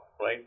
right